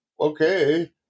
okay